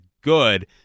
good